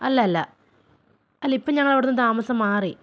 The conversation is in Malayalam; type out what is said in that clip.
അല്ല അല്ല അല്ല ഇപ്പോൾ ഞങ്ങളവിടെ നിന്ന് താമസം മാറി